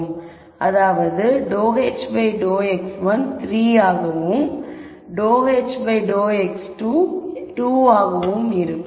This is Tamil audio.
அதாவது ∂h ∂x1 3 ஆகவும் ∂h ∂x2 2 ஆகவும் இருக்கும்